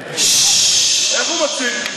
איך הוא מציג?